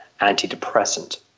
antidepressant